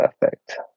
perfect